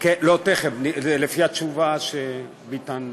לא לפי התשובה של ביטן.